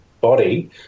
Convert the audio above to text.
body